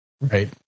Right